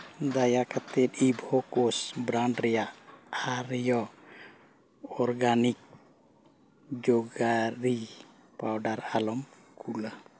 ᱫᱟᱭᱟ ᱠᱟᱛᱮᱫ ᱤᱵᱷᱳᱠᱚᱥ ᱵᱨᱟᱱᱰ ᱨᱮᱭᱟᱜ ᱟᱨᱭᱚ ᱚᱨᱜᱟᱱᱤᱠ ᱡᱚᱜᱟᱨᱤ ᱯᱟᱣᱰᱟᱨ ᱟᱞᱚᱢ ᱠᱩᱞᱟ